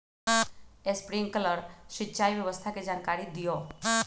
Sprinkler सिंचाई व्यवस्था के जाकारी दिऔ?